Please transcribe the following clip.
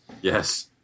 Yes